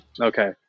Okay